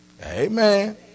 Amen